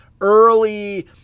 early